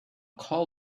call